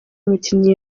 umukinnyi